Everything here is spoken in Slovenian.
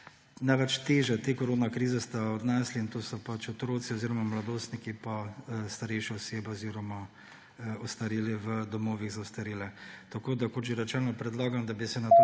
največ teže te koronakrize sta odnesli, to so otroci oziroma mladostniki in starejše osebe oziroma ostareli v domovih za ostarele. Kot že rečeno, predlagam, da bi se na to